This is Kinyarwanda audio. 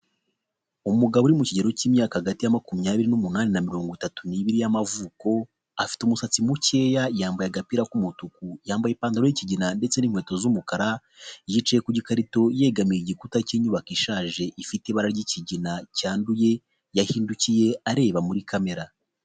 Umugabo uri mu kigero cy'imyaka hagati ya makumyabiri n'umunani na mirongo itatu n'ibiri y'amavuko, afite umusatsi mukeya yambaye agapira k'umutuku, yambaye ipantaro y'ikigina, ndetse n'inkweto z'umukara, yicaye ku gikarito yegamiye igikuta cy'inyubako ishaje ifite ibara ry'ikigina cyanduye, yahindukiye areba muri kamera.